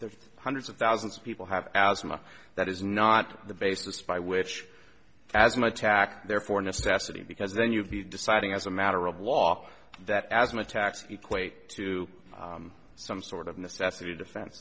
the hundreds of thousands of people have asthma that is not the basis by which asthma attack therefore necessity because then you'd be deciding as a matter of law that asthma attacks equate to some sort of necessity defen